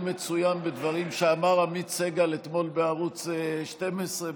מצוין בדברים שאמר עמית סגל אתמול בערוץ 12,